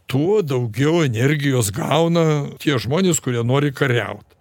tuo daugiau energijos gauna tie žmonės kurie nori kariaut